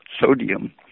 sodium